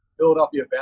Philadelphia